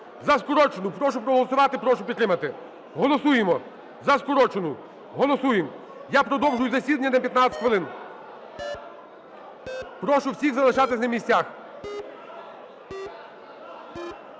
За скорочену прошу проголосувати, прошу підтримати, голосуємо за скорочену, голосуємо. Я продовжую засідання на 15 хвилин. Прошу всіх залишатися на місцях.